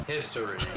History